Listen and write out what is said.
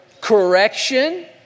correction